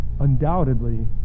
undoubtedly